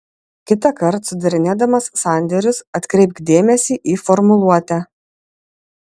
kitąkart sudarinėdamas sandėrius atkreipk dėmesį į formuluotę